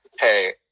hey